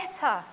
better